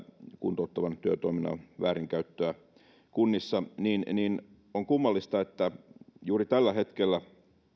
kuntouttavan työtoiminnan väärinkäyttöä kunnissa niin niin on kummallista että juuri tällä hetkellä